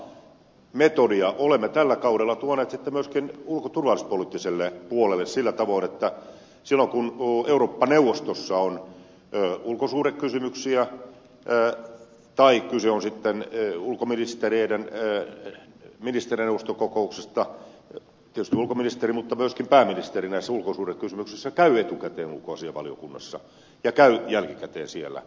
ihan samaa metodia olemme tällä kaudella tuoneet sitten myöskin ulko ja turvallisuuspoliittiselle puolelle sillä tavoin että silloin kun eurooppa neuvostossa on ulkosuhdekysymyksiä tai kyse on ulkoministereiden ministerineuvoston kokouksesta tietysti ulkoministeri mutta myöskin pääministeri näissä ulkosuhdekysymyksissä käy etukäteen ulkoasiainvaliokunnassa ja käy jälkikäteen siellä